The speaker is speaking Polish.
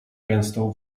gęstą